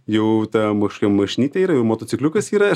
jau ta kažkokia mašinytė yra jau motocikliukas yra